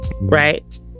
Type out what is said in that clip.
Right